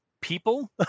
people